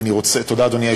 היא עברה בטרומית.